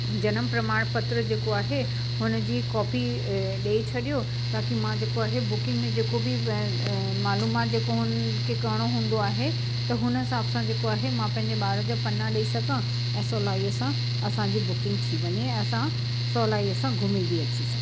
जनम प्रमाणपत्र जेको आहे हुन जी कॉपी ॾई छॾियो ताकि मां जेको आहे बुकिंग में जेको बि मालूमाति जेको हुननि खे करिणो हूंदो आहे त हुन हिसाब सां जेको आहे मां पंहिंजे ॿार जा पन्ना ॾई सघां ऐं सहुलाईअ सां असांजी बुकिंग थी वञे ऐं असां सहुलाईअ सां घुमी बि अची सघूं